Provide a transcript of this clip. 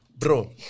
Bro